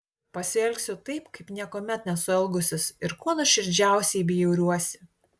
pasielgsiu taip kaip niekuomet nesu elgusis ir kuo nuoširdžiausiai bjauriuosi